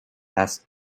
asked